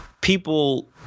people